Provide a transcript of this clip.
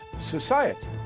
society